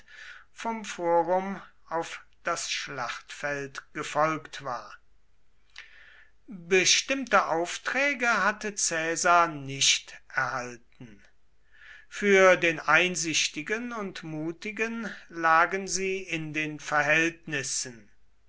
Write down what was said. vom forum auf das schlachtfeld gefolgt war bestimmte aufträge hatte caesar nicht erhalten für den einsichtigen und mutigen lagen sie in den verhältnissen